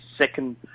second